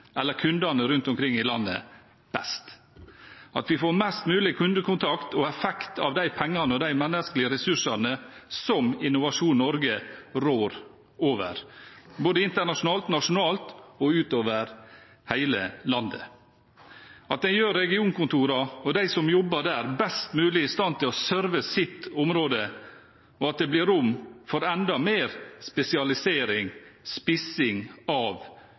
kundene rundt omkring i landet best, at vi får mest mulig kundekontakt og effekt ut av de pengene og menneskelige ressursene som Innovasjon Norge rår over, både internasjonalt og nasjonalt – utover hele landet, at det gjør regionkontorene og de som jobber der, best mulig i stand til å «serve» sitt område, og at det blir rom for enda mer spesialisering, spissing, av